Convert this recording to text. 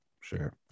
Sure